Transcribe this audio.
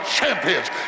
champions